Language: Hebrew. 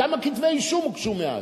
כמה כתבי אישום הוגשו מאז?